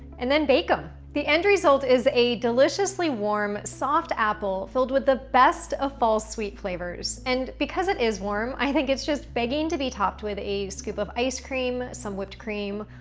and then bake them. the end result is a deliciously warm, soft apple filled with the best of fall's sweet flavors. and because it is warm, i think it's just begging to be topped with a scoop of ice cream, some whipped cream,